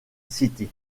city